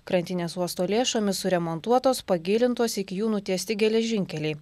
krantinės uosto lėšomis suremontuotos pagilintos iki jų nutiesti geležinkeliai